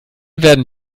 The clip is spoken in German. werden